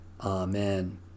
Amen